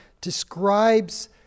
describes